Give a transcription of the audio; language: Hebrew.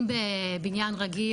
אם בבניין רגיל,